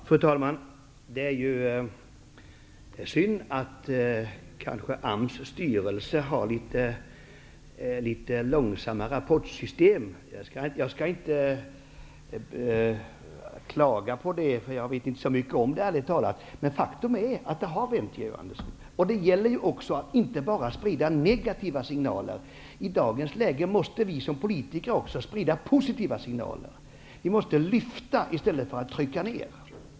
Fru talman! Det är ju synd att AMS styrelse kanske har litet långsamma rapportsystem. Jag skall inte klaga på det, för jag vet ärligt talat inte så mycket om det, men faktum är, Georg Andersson, att det har vänt. Det gäller också att inte bara sprida negativa signaler. I dagens läge måste vi som politiker också sprida positiva signaler. Vi måste lyfta i stället för att trycka ner.